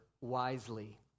wisely